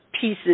pieces